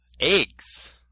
eggs